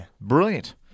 Brilliant